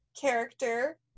character